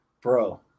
Bro